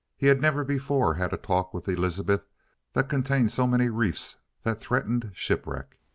he had never before had a talk with elizabeth that contained so many reefs that threatened shipwreck.